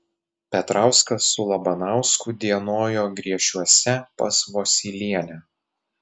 petrauskas su labanausku dienojo griešiuose pas vosylienę